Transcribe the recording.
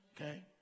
Okay